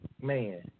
man